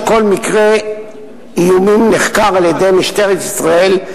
כל מקרה איומים נחקר על-ידי משטרת ישראל,